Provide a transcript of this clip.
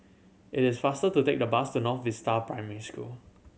it is faster to take the bus to North Vista Primary School